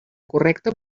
correcta